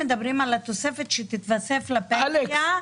אתם מדברים על התוספת שתתווסף לפנסיה.